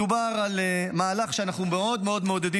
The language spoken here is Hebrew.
מדובר על מהלך שאנחנו מאוד מעודדים